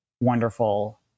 wonderful